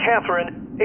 Catherine